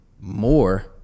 more